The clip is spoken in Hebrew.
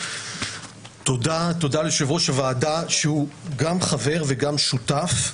תודה ליושב-ראש הוועדה, שהוא גם חבר וגם שותף.